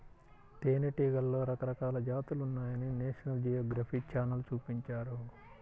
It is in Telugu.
తేనెటీగలలో రకరకాల జాతులున్నాయని నేషనల్ జియోగ్రఫీ ఛానల్ చూపించారు